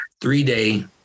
three-day